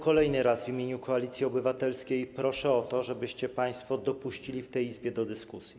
Kolejny raz w imieniu Koalicji Obywatelskiej proszę o to, żebyście państwo dopuścili w tej Izbie do dyskusji.